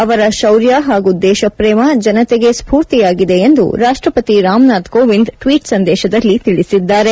ಅವರ ಶೌರ್ಯ ಹಾಗೂ ದೇಶಪ್ರೇಮ ಜನತೆಗೆ ಸ್ಪೂರ್ತಿಯಾಗಿದೆ ಎಂದು ರಾಷ್ಟಪತಿ ರಾನಾಥ್ ಕೋವಿಂದ್ ಟ್ವೀಟ್ ಸಂದೇಶದಲ್ಲಿ ತಿಳಿಸಿದ್ದಾರೆ